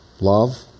Love